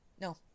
No